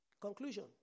Conclusion